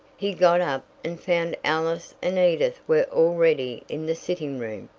he got up, and found alice and edith were already in the sitting-room,